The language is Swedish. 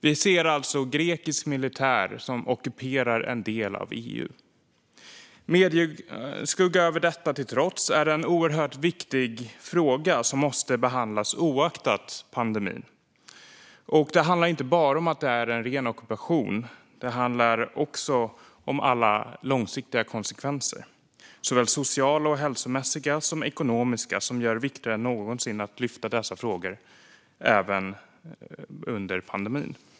Vi ser alltså turkisk militär som ockuperar en del av EU. Trots medieskugga över detta är det en oerhört viktig fråga som måste behandlas oaktat pandemin. Det handlar inte bara om att det är en ren ockupation. Det handlar också om alla långsiktiga konsekvenser, såväl sociala och hälsomässiga som ekonomiska, som gör det viktigare än någonsin att lyfta fram dessa frågor även under pandemin.